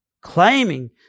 claiming